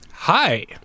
hi